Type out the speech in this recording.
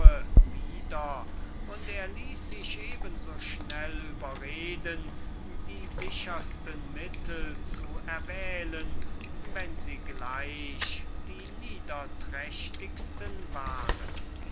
wieder und er ließ sich eben so schnell überreden die sichersten mittel zu erwählen wenn sie gleich die niederträchtigsten waren